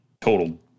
total